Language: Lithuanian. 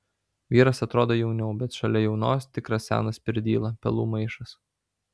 vyras atrodo jauniau bet šalia jaunos tikras senas pirdyla pelų maišas